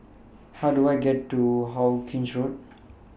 How Do I get to Hawkinge Road